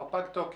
כבר פג תוקף.